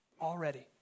already